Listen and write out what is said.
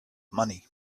money